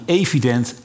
evident